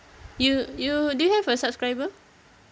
you you do you have a subscriber